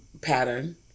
pattern